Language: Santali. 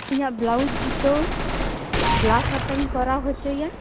ᱤᱧᱟᱹᱜ ᱵᱞᱟᱣᱩᱡ ᱡᱤᱛᱟᱹᱣ ᱜᱞᱟᱯᱥ ᱦᱟᱛᱟᱧ ᱠᱚᱨᱟᱣ ᱦᱚᱪᱚᱭᱟ